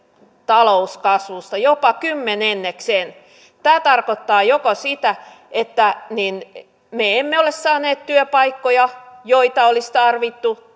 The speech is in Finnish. talouskasvusta jopa kymmenenneksen tämä tarkoittaa joko sitä että me emme ole saaneet työpaikkoja joita olisi tarvittu